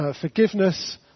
forgiveness